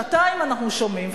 שנתיים אנחנו שומעים.